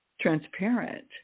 transparent